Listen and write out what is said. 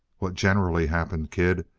what generally happened, kid,